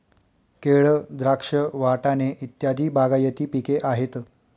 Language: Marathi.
केळ, द्राक्ष, वाटाणे इत्यादी बागायती पिके आहेत